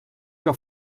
que